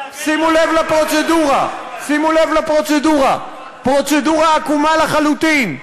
שימו לב לפרוצדורה, פרוצדורה עקומה לחלוטין.